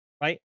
Right